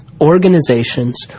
organizations